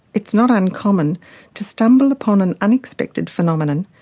it is not uncommon to stumble upon an unexpected phenomenon,